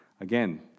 Again